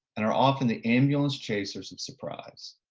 and are often the ambulance chasers of surprise.